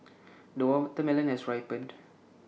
the watermelon has ripened